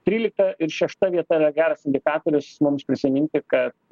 trylikta ir šešta vieta yra geras indikatorius mums prisiminti kad